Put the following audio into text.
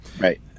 Right